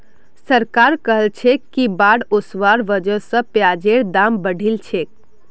सरकार कहलछेक कि बाढ़ ओसवार वजह स प्याजेर दाम बढ़िलछेक